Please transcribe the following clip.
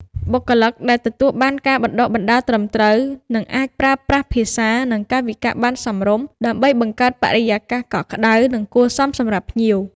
បុគ្គលិកដែលទទួលបានការបណ្តុះបណ្តាលត្រឹមត្រូវ នឹងអាចប្រើប្រាស់ភាសា និងកាយវិការបានសមរម្យ ដើម្បីបង្កើតបរិយាកាសកក់ក្តៅ និងគួរសមសម្រាប់ភ្ញៀវ។